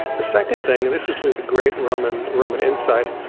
the second thing, and this was really the great roman roman insight,